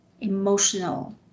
emotional